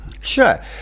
Sure